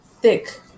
thick